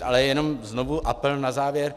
Ale jenom znovu apel na závěr.